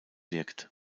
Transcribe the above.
wirkt